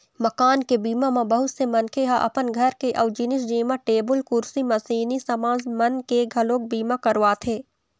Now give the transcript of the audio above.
मकान के बीमा म बहुत से मनखे ह अपन घर के अउ जिनिस जेमा टेबुल, कुरसी, मसीनी समान मन के घलोक बीमा करवाथे